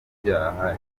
ibyaha